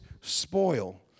spoil